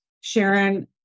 Sharon